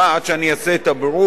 עד שאני אעשה את הבירור,